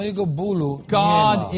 God